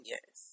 Yes